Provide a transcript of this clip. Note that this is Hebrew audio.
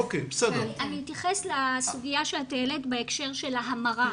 אני אתייחס לסוגיה שאת העלית בהקשר של ההמרה.